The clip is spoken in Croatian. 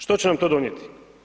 Što će nam to donijeti?